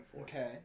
Okay